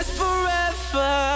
forever